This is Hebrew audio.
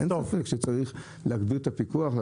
אין ספק שצריך להגביר את הפיקוח.